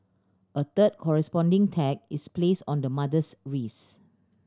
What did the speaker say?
a third corresponding tag is placed on the mother's wrist